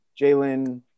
Jalen